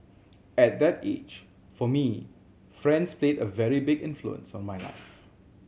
at that age for me friends played a very big influence on my life